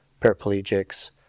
paraplegics